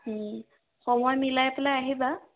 সময় মিলাই পেলাই আহিবা